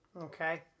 Okay